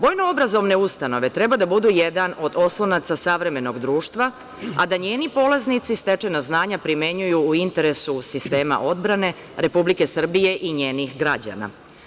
Vojnoobrazovne ustanove treba da budu jedan od oslonaca savremenog društva, a da njeni polaznici stečena znanja primenjuju u interesu sistema odbrane Republike Srbije i njenih građana.